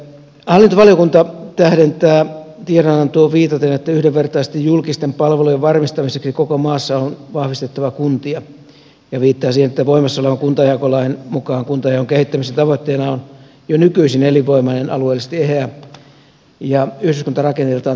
hallintovaliokunta tähdentää tiedonantoon viitaten että yhdenvertaisten julkisten palvelujen varmistamiseksi koko maassa on vahvistettava kuntia ja viittaa siihen että voimassa olevan kuntajakolain mukaan kuntajaon kehittämisen tavoitteena on jo nykyisin elinvoimainen alueellisesti eheä ja yhdyskuntarakenteeltaan toimiva kuntarakenne